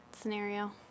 scenario